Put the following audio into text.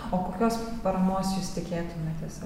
o kokios paramos jūs tikėtumėtės